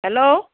hello